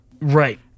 Right